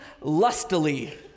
lustily